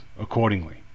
accordingly